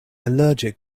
allergic